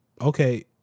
okay